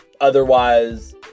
otherwise